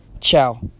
Ciao